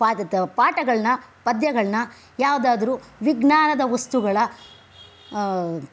ಪಾಠಗಳನ್ನ ಪದ್ಯಗಳನ್ನ ಯಾವುದಾದ್ರು ವಿಜ್ಞಾನದ ವಸ್ತುಗಳ